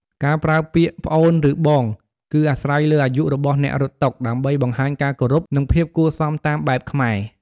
ការប្រើពាក្យ "ប្អូន" ឬ "បង" គឺអាស្រ័យលើអាយុរបស់អ្នករត់តុ ដើម្បីបង្ហាញការគោរព និងភាពគួរសមតាមបែបខ្មែរ។